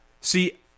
See